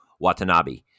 Watanabe